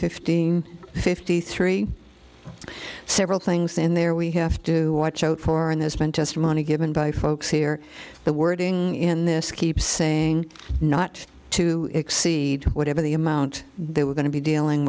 fifteen fifty three several things in there we have to watch out for and there's been testimony given by folks here the wording in this keep saying not to exceed whatever the amount they were going to be dealing